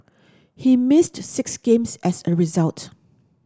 he missed six games as a result